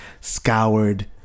scoured